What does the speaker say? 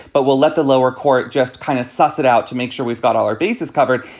but we'll let the lower court just kind of suss it out to make sure we've got all our bases covered.